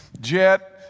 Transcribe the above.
jet